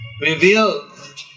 Revealed